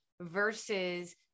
versus